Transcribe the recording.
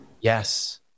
Yes